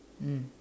mm